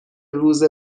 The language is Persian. روز